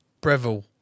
Breville